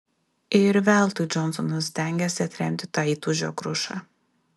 ir veltui džonsonas stengėsi atremti tą įtūžio krušą